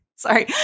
Sorry